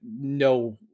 No